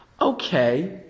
okay